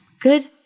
Good